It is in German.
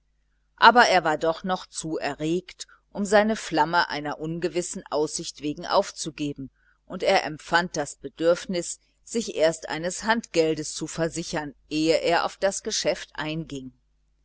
aber er war doch noch zu erregt um seine flamme einer ungewissen aussicht wegen aufzugeben und er empfand das bedürfnis sich erst eines handgeldes zu versichern ehe er auf das geschäft einging